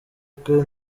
kwe